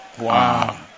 Wow